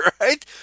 right